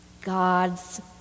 God's